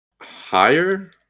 higher